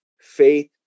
faith